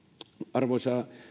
arvoisa